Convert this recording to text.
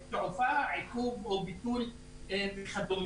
התעופה, עיכוב או ביטול וכדומה.